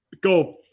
go